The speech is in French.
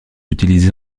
utilisés